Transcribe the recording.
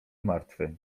martwy